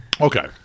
Okay